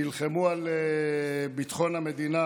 נלחמו על ביטחון המדינה